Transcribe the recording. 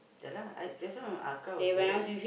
ya lah I that's why was very uh